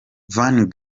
van